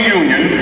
union